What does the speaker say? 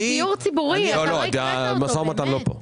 המשא ומתן לא פה.